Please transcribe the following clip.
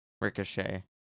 Ricochet